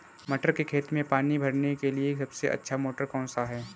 मटर के खेत में पानी भरने के लिए सबसे अच्छा मोटर कौन सा है?